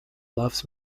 loves